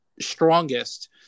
strongest